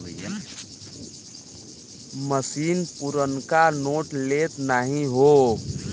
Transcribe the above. मसीन पुरनका नोट लेत नाहीं हौ